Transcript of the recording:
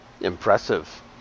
Impressive